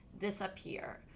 disappear